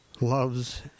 loves